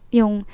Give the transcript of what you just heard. yung